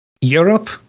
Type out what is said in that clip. Europe